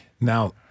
Now